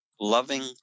Loving